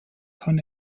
kann